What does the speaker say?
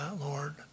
Lord